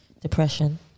depression